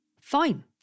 fine